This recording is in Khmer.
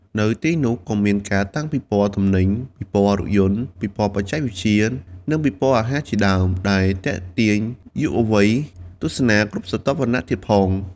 នៅទីនោះ ក៏មានការតាំងពិព័រណ៍ទំនិញ ពិព័រណ៍រថយន្ត ពិព័រណ៍បច្ចេកវិទ្យា និងពិព័រណ៍អាហារជាដើម ដែលទាក់ទាញយុវវ័យទស្សនាគ្រប់ស្រទាប់វណ្ណៈទៀងផង។